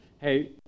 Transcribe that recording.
hey